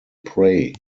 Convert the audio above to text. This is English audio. prey